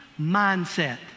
mindset